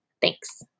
Thanks